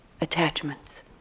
attachments